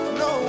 no